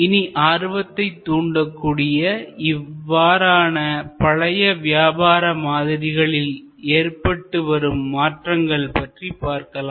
இனி ஆர்வத்தை தூண்டக்கூடிய இவ்வாறான பழைய வியாபார மாதிரிகளில் ஏற்பட்டு வரும் மாற்றங்கள் பற்றி பார்க்கலாம்